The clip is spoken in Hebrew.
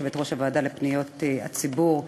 יושבת-ראש הוועדה לפניות הציבור,